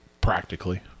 practically